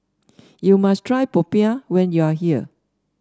you must try popiah when you are here